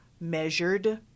measured